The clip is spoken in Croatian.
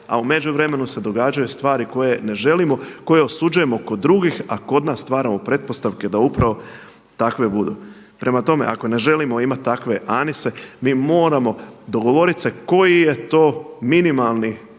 a u međuvremenu se događaju stvari koje ne želimo, koje osuđujemo kod drugih, a kod nas stvaramo pretpostavke da upravo takve budu. Prema tome, ako ne želimo takve Anise mi moramo dogovorit se koji je to minimalni